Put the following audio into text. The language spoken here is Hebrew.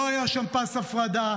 לא היה שם פס הפרדה,